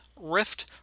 Rift